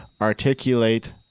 articulate